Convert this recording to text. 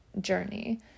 journey